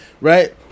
right